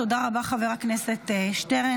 תודה רבה, חבר הכנסת שטרן.